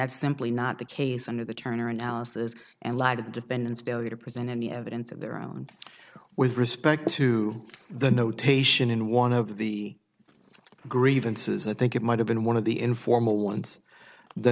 simply not the case under the turner analysis and lack of the defendant's ability to present any evidence of their own with respect to the notation in one of the grievances i think it might have been one of the informal ones the